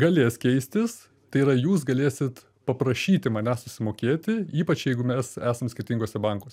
galės keistis tai yra jūs galėsit paprašyti manęs susimokėti ypač jeigu mes esam skirtinguose bankuose